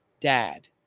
dad